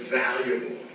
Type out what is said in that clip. valuable